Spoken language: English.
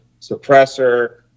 suppressor